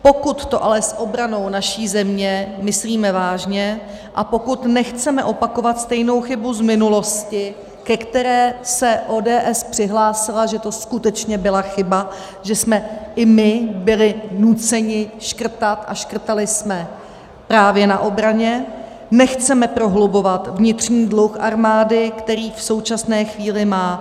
Pokud to ale s obranou naší země myslíme vážně a pokud nechceme opakovat stejnou chybu z minulosti, ke které se ODS přihlásila, že to skutečně byla chyba, že jsme i my byli nuceni škrtat, a škrtali jsme právě na obraně, nechceme prohlubovat vnitřní dluh armády, který v současné chvíli má.